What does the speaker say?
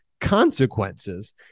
consequences